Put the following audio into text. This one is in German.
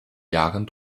jahren